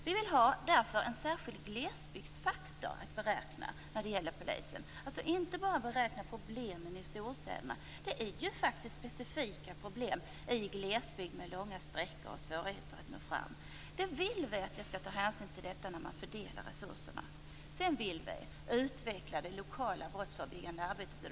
Vi vill därför ha en särskild glesbygdsfaktor vid fördelning av polisresurser. Man skall inte utgå bara från problemen i storstäderna. Det finns specifika problem i glesbygden med långa avstånd och svårigheter att nå fram i tid. Vi vill att det skall tas hänsyn till detta när man fördelar resurserna. Vi vill också utveckla det lokala brottsförebyggande arbetet.